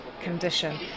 condition